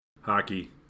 Hockey